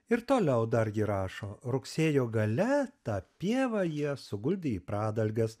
ir toliau dargi rašo rugsėjo gale tą pievą jie suguldė į pradalges